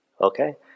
Okay